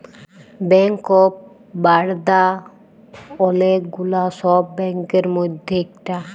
bank of Baroda ওলেক গুলা সব ব্যাংকের মধ্যে ইকটা